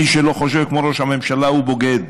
מי שלא חושב כמו ראש הממשלה הוא בוגד,